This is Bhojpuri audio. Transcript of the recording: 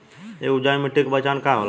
एक उपजाऊ मिट्टी के पहचान का होला?